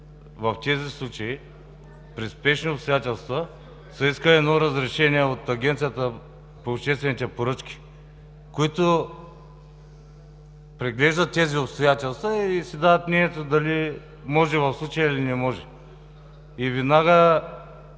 В тези случаи, при спешни обстоятелства, се иска разрешение от Агенцията по обществени поръчки, които преглеждат обстоятелствата и си дават мнението дали може в случая, или не може. Веднага